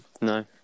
No